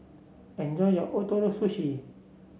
enjoy your Ootoro Sushi